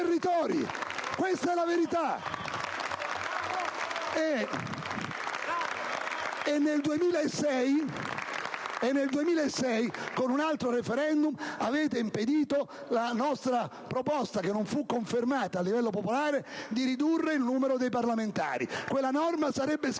Questa è la verità! Nel 2006, con un altro *referendum,* avete impedito alla nostra proposta, che non fu confermata a livello popolare, di ridurre il numero dei parlamentari. Gli effetti